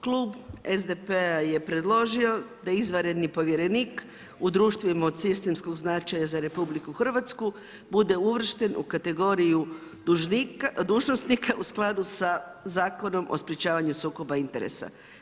Klub SDP-a je predložio da izvanredni povjerenik … od sistemskog značaja za RH bude uvršten u kategoriju dužnosnika u skladu sa Zakonom o sprječavanju sukoba interesa.